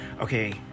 okay